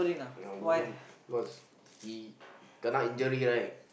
ah Wolverine cause he kena injury right